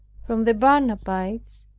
from the barnabites,